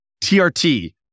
TRT